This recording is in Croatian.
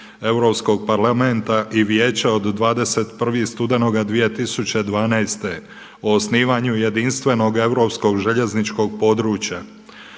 Europskog parlamenta i Vijeća od 21. studenoga 2012. o osnivanju jedinstvenog europskog željezničkog područja.